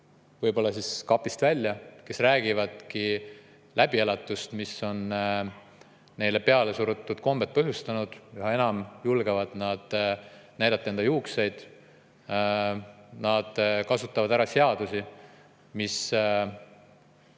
nii-öelda kapist välja, kes räägivad läbielatust, mille on neile pealesurutud kombed põhjustanud. Üha enam julgevad nad näidata enda juukseid. Nad kasutavad ära seadusi, mis